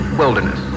wilderness